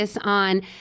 on